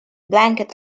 blanket